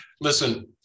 Listen